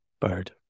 bird